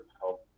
help